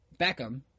Beckham